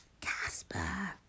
Casper